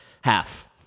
half